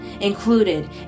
included